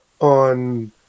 on